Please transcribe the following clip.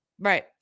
Right